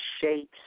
shapes